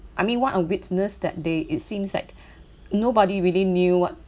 I mean what a witness that they it seems like nobody really knew what